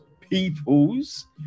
peoples